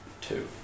Two